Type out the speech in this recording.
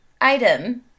item